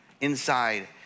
inside